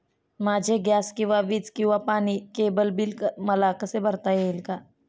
माझे गॅस किंवा वीज किंवा पाणी किंवा केबल बिल मला कसे भरता येईल?